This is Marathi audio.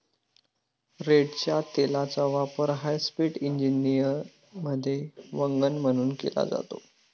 रेडच्या तेलाचा वापर हायस्पीड इंजिनमध्ये वंगण म्हणून केला जातो